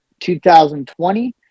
2020